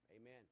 amen